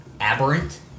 Aberrant